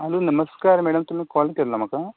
hello नमस्कार madam तुमी call केल्लो म्हाका